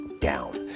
down